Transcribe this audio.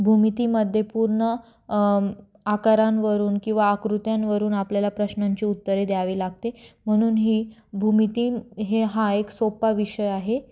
भूमितीमध्ये पूर्ण आकारांवरून किंवा आकृत्यांवरून आपल्याला प्रश्नांची उत्तरे द्यावी लागते म्हणून ही भूमिती हे हा एक सोप्पा विषय आहे